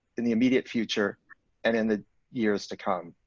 in the immediate future and in the years to come.